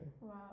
Wow